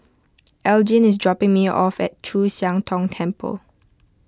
Elgin is dropping me off at Chu Siang Tong Temple